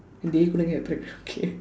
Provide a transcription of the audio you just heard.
they couldn't get pregnant okay